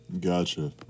Gotcha